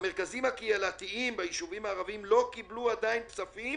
המרכזים הקהילתיים ביישובים הערביים לא קיבלו עדיין כספים